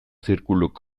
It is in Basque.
zirkuluk